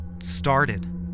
started